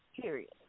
Period